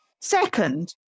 Second